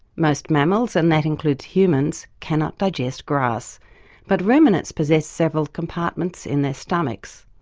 most mammals, and that includes humans, cannot digest grass but ruminants possess several compartments in their stomachs.